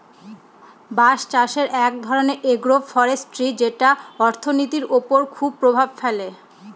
বাঁশের চাষ এক ধরনের এগ্রো ফরেষ্ট্রী যেটা অর্থনীতির ওপর খুব প্রভাব ফেলে